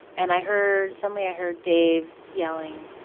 and i heard suddenly, i heard dave yelling,